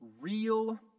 real